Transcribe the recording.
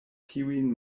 tiujn